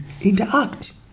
interact